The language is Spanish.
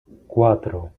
cuatro